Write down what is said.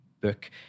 book